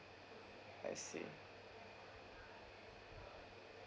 I see